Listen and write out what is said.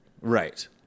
right